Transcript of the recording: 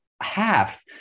half